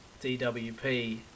DWP